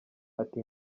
ati